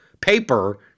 paper